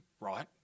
right